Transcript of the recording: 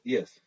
Yes